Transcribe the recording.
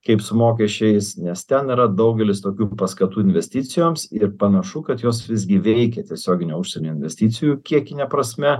kaip su mokesčiais nes ten yra daugelis tokių paskatų investicijoms ir panašu kad jos visgi veikia tiesioginio užsienio investicijų kiekine prasme